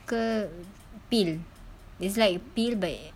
ke pill it's like pill but